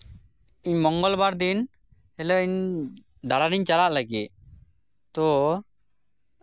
ᱤᱧ ᱢᱚᱝᱜᱚᱞᱵᱟᱨ ᱫᱤᱱ ᱦᱤᱞᱳᱜ ᱤᱧ ᱫᱟᱬᱟᱱᱤᱧ ᱪᱟᱞᱟᱜ ᱞᱟᱹᱜᱤᱫ ᱛᱳ